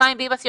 חיים ביבס,